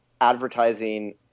advertising